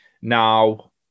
now